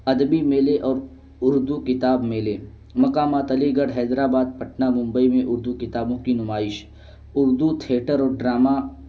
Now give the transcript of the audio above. ادبی میلے اور اردو کتاب میلے مقامات علی گڑھ حیدرآباد پٹن ممبئی میں اردو کتابوں کی نمائش اردو تھیٹر اور ڈرامہ